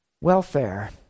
Welfare